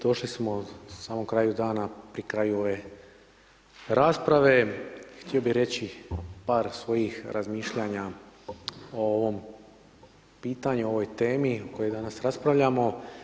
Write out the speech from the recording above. Došli smo samom kraju dana pri kraju ove rasprave, i htio bih reći par svojih razmišljanja o ovom pitanju, ovoj temi o kojoj danas raspravljamo.